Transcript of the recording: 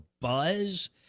buzz